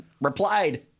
replied